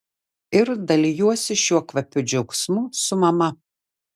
ir dalijuosi šiuo kvapiu džiaugsmu su mama